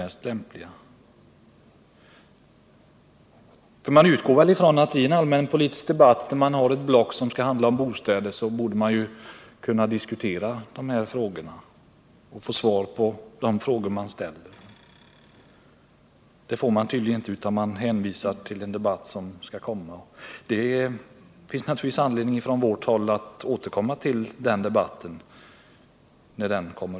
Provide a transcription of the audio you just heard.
Men jag utgår ifrån att när man i den allmänpolitiska debatten har ett block som skall handla om bostäder, så borde man också kunna diskutera detta och få svar på de frågor man ställer. Det får man tydligen inte, utan det hänvisas till en debatt som skall komma. Naturligtvis finns det anledning från vårt håll att återkomma i den debatten, när den hålls.